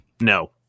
No